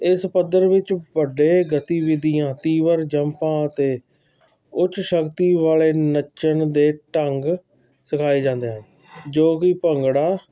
ਇਸ ਪੱਧਰ ਵਿੱਚ ਵੱਡੇ ਗਤੀਵਿਧੀਆਂ ਤੀਵਰ ਜੰਪਾਂ ਅਤੇ ਉੱਚ ਸ਼ਕਤੀ ਵਾਲੇ ਨੱਚਣ ਦੇ ਢੰਗ ਸਿਖਾਏ ਜਾਂਦੇ ਹਨ ਜੋ ਕਿ ਭੰਗੜਾ